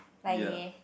like ya